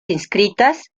inscritas